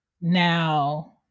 now